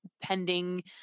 pending